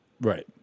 right